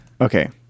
Okay